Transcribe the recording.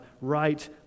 right